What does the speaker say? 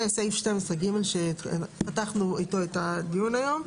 זה סעיף 12(ג) שפתחנו איתו את הדיון היום.